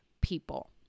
people